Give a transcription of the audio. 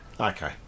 Okay